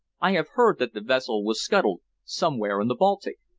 i have heard that the vessel was scuttled somewhere in the baltic.